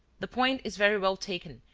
the point is very well taken,